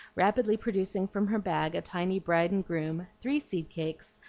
rapidly producing from her bag a tiny bride and groom, three seed-cakes,